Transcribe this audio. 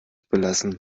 belassen